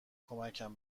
کمکم